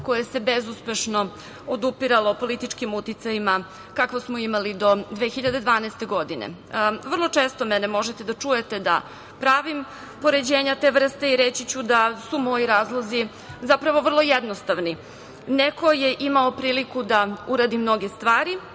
koje se bezuspešno odupiralo političkim uticajima kakvo smo imali do 2012. godine. Vrlo često mene možete da čujete da pravim poređenja te vrste i reći ću da su moji razlozi zapravo vrlo jednostavni. Neko je imao priliku da uradi mnoge stvari,